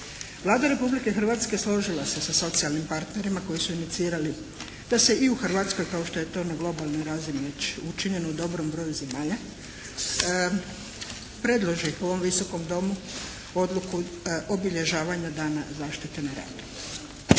Vlada Republike Hrvatske složila se sa socijalnim partnerima koji su inicirali da se i u Hrvatskoj kao što je to na globalnoj razini već učinjeno u dobrom broju zemalja, predloži ovom Visokom domu Odluku obilježavanja dana zaštite na radu.